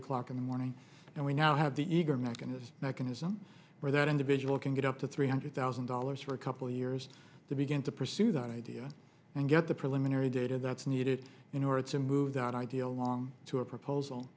o'clock in the morning and we now have the eager mechanist mechanism where that individual can get up to three hundred thousand dollars for a couple years to begin to pursue that idea and get the preliminary data that's needed in order to move that ideal along to a proposal